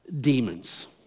demons